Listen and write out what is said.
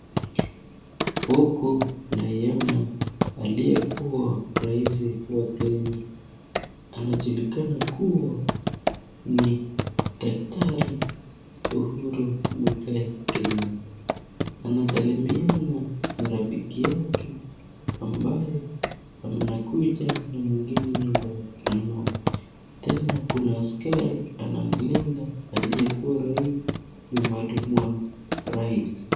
Huku naiona aliye kuwa Raisi wa Kenya anajulikana kuwa ni Daktari Uhuru Mwigai Kenyatta. Anasalimiana na rafiki yake ambaye anakuja na mwingine nyuma yake. Tena kuna askari anamlinda aliyekuwa rais nyuma ni mwa rais.